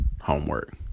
homework